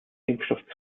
impfstoff